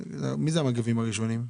מיהם המגיבים הראשונים?